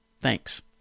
Thanks